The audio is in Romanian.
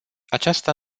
aceasta